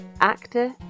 actor